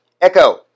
Echo